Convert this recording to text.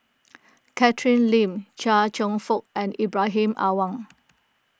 Catherine Lim Chia Cheong Fook and Ibrahim Awang